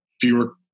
fewer